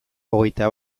hogeita